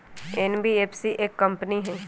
NBFC एक company हई?